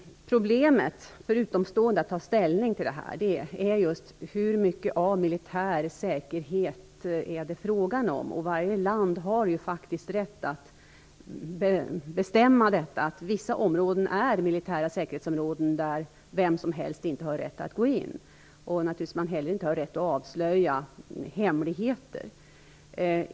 Problemet för en utomstående att ta ställning till är i vilken grad det är en fråga om militär säkerhet. Varje land har faktiskt rätt att bestämma att vissa områden är militära säkerhetsområden där vem som helst inte har rätt att gå in. Naturligtvis har man inte heller rätt att avslöja hemligheter.